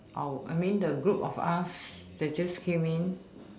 oh I mean the group of us that just came in